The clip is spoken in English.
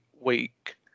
week